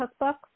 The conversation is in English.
cookbooks